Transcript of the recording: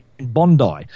Bondi